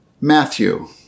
Matthew